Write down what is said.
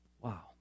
wow